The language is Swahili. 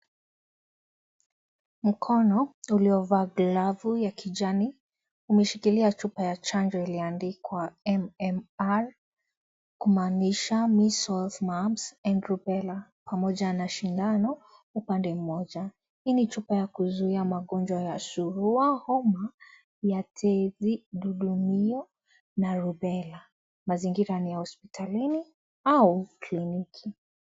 Mkono uliovaa glavu ya kijani umeshikilia chupa ya chanjo iliyoandikwa "MMR" kumaanisha Measles, Mumps and Rubella pamoja na sindano upande moja. Hii ni chupa ya kuzuia magonjwa ya surua, homa ya dudumio na Rubella. Mazingira ni ya hospitalini au kliniki.